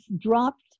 dropped